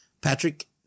patrick